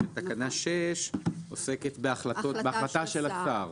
תקנה 6 עוסקת בהחלטה של השר.